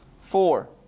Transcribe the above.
four